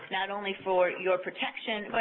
not only for your protection,